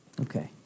Okay